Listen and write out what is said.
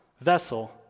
vessel